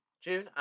June